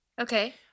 okay